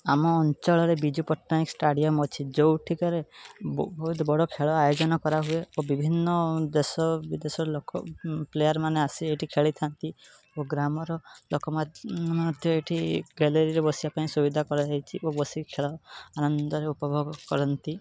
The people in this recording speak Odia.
ଆମ ଅଞ୍ଚଳରେ ବିଜୁ ପଟ୍ଟନାୟକ ଷ୍ଟାଡ଼ିଅମ୍ ଅଛି ଯେଉଁଠିକାରେ ବହୁତ ବଡ଼ ଖେଳ ଆୟୋଜନ କରାହୁଏ ଓ ବିଭିନ୍ନ ଦେଶ ବିଦେଶର ଲୋକ ପ୍ଲେୟାର୍ମାନେ ଆସି ଏଇଠି ଖେଳିଥାନ୍ତି ଓ ଗ୍ରାମର ଲୋକ ମଧ୍ୟ ଏଠି ଗ୍ୟାଲେରୀରେ ବସିବା ପାଇଁ ସୁବିଧା କରାଯାଇଛି ଓ ବସିକି ଖେଳ ଆନନ୍ଦରେ ଉପଭୋଗ କରନ୍ତି